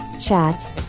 chat